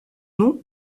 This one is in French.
nom